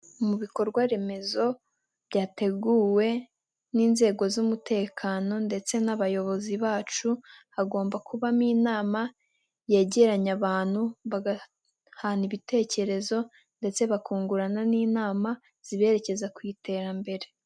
Mu bikorwa remezo byateguwe n'inzego z'umutekano ndetse n'abayobozi bacu, hagomba kubamo inama yegeranya abantu bagahana ibitekerezo ndetse bakungurana n'inama ziberekeza ku iterambere.